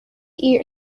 eat